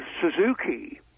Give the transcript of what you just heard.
Suzuki